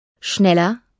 Schneller